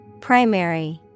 Primary